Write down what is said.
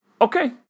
Okay